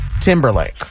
Timberlake